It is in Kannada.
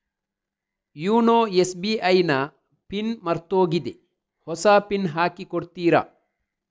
ಯೂನೊ ಎಸ್.ಬಿ.ಐ ನ ಪಿನ್ ಮರ್ತೋಗಿದೆ ಹೊಸ ಪಿನ್ ಹಾಕಿ ಕೊಡ್ತೀರಾ?